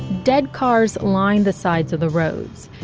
dead cars lined the sides of the roads.